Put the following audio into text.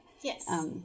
Yes